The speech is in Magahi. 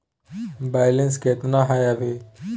बैलेंस केतना हय अभी?